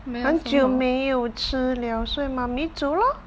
没有什么